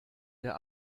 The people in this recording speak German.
der